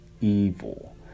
evil